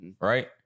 Right